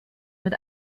mit